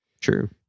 True